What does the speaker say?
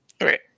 Right